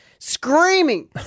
screaming